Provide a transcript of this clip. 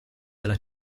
della